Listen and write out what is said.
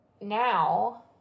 Now